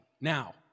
Now